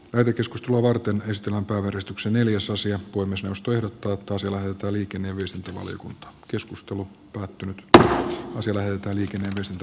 mäkikeskustelua varten uistelun porrastuksen eli jos asia kuin myös joustojen tuotto selailta liikenee myös työvaliokunta keskustelu päättynyt d säveltelikin erityisesti